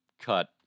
cut